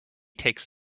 takes